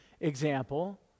example